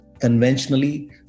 conventionally